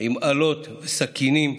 עם אלות, סכינים,